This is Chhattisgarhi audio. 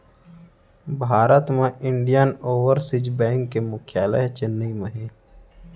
भारत म इंडियन ओवरसीज़ बेंक के मुख्यालय ह चेन्नई म हे